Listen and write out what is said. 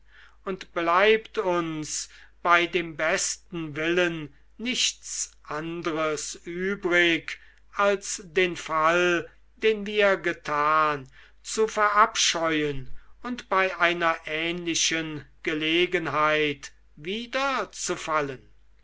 und bleibt uns bei dem besten willen nichts andres übrig als den fall den wir getan zu verabscheuen und bei einer ähnlichen gelegenheit wieder zu fallen